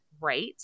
Right